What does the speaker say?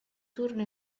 turno